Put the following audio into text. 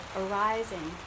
arising